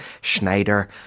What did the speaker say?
Schneider